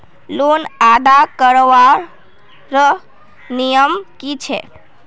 Loan अदा करवार नियम की छे?